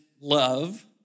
love